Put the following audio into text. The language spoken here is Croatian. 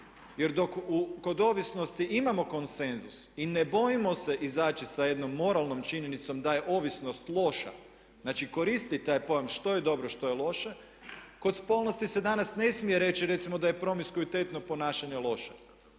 jer dok kod ovisnosti imamo konsenzus i ne bojimo se izaći sa jednom moralnom činjenicom da je ovisnost loša. Znači koristiti taj pojam što je dobro, što je loše, kod spolnosti se danas ne smije reći recimo da je promiskuitetno ponašanje loše.